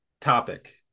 topic